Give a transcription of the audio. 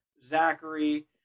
Zachary